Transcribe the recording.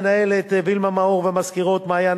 למנהלת וילמה מאור ולמזכירות מעיין,